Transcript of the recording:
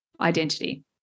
identity